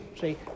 see